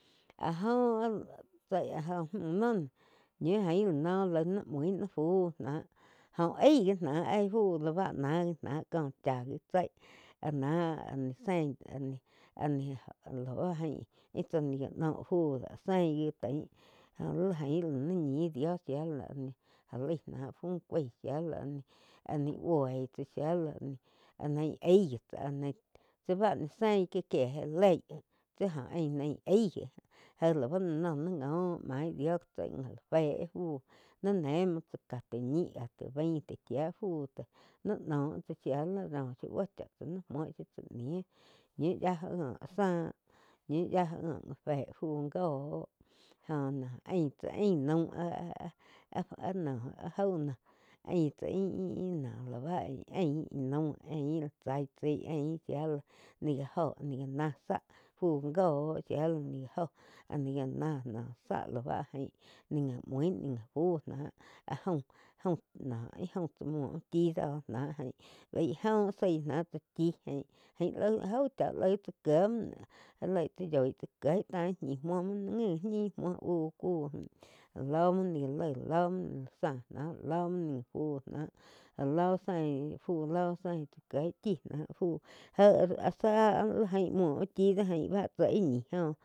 Kóh loh já tsá oh chiu li gá tsáh soin ni zaig ih do jain laig muoh shía la ni soi joh ni já laim muo ih do jaian pe chi cha fuó óh teí aí chi do áh joh áh ni teíh áh joh. Jo noh gá lain áh-áh no li-li ni gá noh oh nah já lain yíu uh doh joh áh zaí yiu úh jain tsáh liu gi loig óh baig óh ni gá buói áh já lain maí uh gain joh baí go gi taum ni gá ja lain taum ki taum joh ni noh fu loh gi joh ain lo gía mein ká muh, muh noh náh joh múh ji bá jain áh ni ain oh saig muo aín jai lo náh káh shía ain róh fu kuai saig roi jain, jain ló já me muo náh noh táh ti mú ain jé tá ti múh áh kóh cuó jaú chá laig tsá kieg ain ti múh ni jáh tó íh laih chá kieg chí do áh jain ti múh deh óh ni zaí caum ní zaí caum muo gi náh tá caum áh ká ni áh ko fu kó áh li neí noh laig serain lí gá máh laig serain ñiu jo-jo já táh ti múh jo ngo fu chaíg óh ngo li neig ngo caúm tái ih jain muo chi caum dó táh áh joh jain ti múh dó jo ni laig chía shia fu ti nih có múh ni gá máh íh laig tsá kieg la óh.